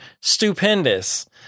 stupendous